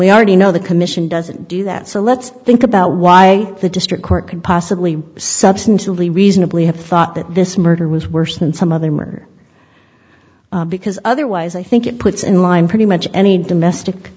we already know the commission doesn't do that so let's think about why the district court can possibly substantively reasonably have thought that this murder was worse than some other murder because otherwise i think it puts in line pretty much any domestic